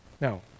Now